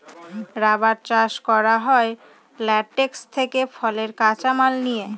rubber চাষ করা হয় ল্যাটেক্স থেকে ফলের কাঁচা মাল নিয়ে